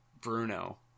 Bruno